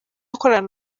ukorana